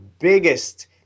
biggest